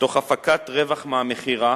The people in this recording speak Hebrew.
תוך הפקת רווח מהמכירה,